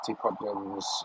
problems